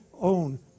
own